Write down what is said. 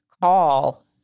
Call